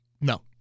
No